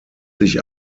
sich